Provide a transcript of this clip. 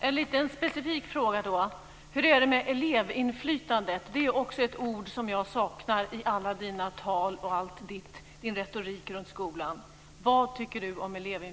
Fru talman! En specifik fråga: Hur är det med elevinflytandet? Det är också ett ord som jag saknar i alla Lars Leijonborgs tal och hans retorik runt skolan.